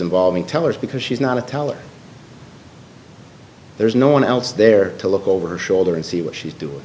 involving tellers because she's not a teller there's no one else there to look over her shoulder and see what she's doing